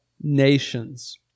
nations